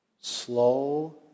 slow